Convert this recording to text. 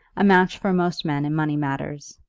a match for most men in money matters,